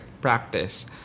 practice